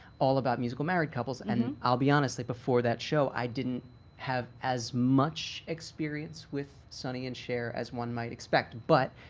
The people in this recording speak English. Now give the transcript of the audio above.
all about musical married couples. and i'll be honest, like before that show, i didn't have as much experience with sonny and cher as one might expect. but,